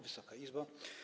Wysoka Izbo!